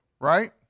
right